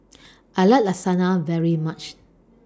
I like Lasagna very much